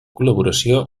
col·laboració